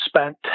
spent